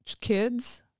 kids